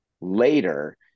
later